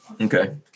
Okay